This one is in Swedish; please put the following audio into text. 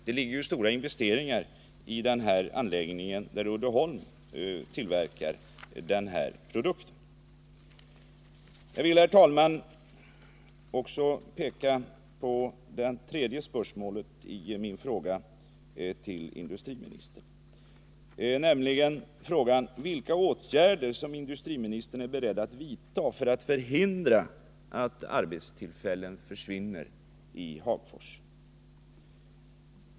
Det ligger ju stora investeringar även i den anläggning där Uddeholms AB tillverkar ifrågavarande produkt. Jag vill, herr talman, också ta upp det tredje spörsmålet i min fråga till industriministern: Vilka åtgärder är industriministern beredd att vidta för att förhindra att arbetstillfällen försvinner i Hagfors?